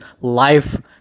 life